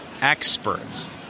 experts